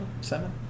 Seven